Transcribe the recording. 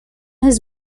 his